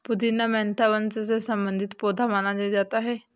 पुदीना मेंथा वंश से संबंधित पौधा माना जाता है